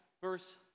verse